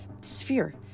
Sphere